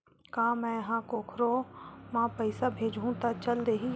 का मै ह कोखरो म पईसा भेजहु त चल देही?